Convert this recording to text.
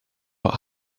what